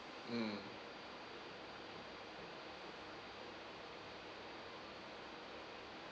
mm